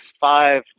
five